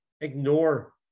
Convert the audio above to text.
ignore